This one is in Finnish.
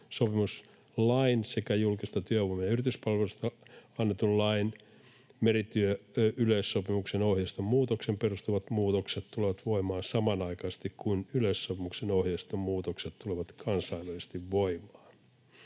merityösopimuslain sekä julkisesta työvoima- ja yrityspalvelusta annetun lain merityöyleissopimuksen ohjeiston muutokseen perustuvat muutokset tulevat voimaan samanaikaisesti kuin yleissopimuksen ohjeiston muutokset tulevat kansainvälisesti voimaan.